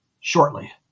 shortly